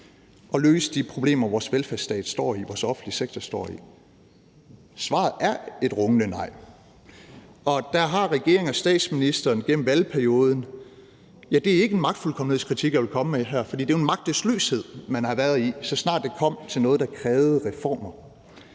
at løse de problemer, vores velfærdsstat står i, og som vores offentlige sektor står i? Svaret er et rungende nej. For der har regeringen og statsministeren gennem valgperioden – ja, det er ikke en magtfuldkommenhedskritik, jeg vil komme med her – stået i en magtesløshed, så snart det kom til noget, der krævede reformer.